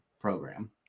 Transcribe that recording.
program